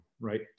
right